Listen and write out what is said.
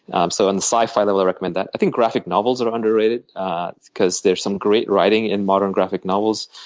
um so on the sci fi level i recommend that. i think graphic novels are underrated because there's some great writing in modern graphic novels.